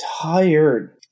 tired